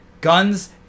guns